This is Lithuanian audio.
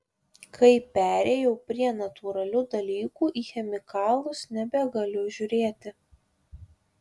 kai perėjau prie natūralių dalykų į chemikalus nebegaliu žiūrėti